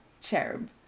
Cherub